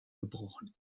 gebrochen